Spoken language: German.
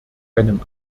einem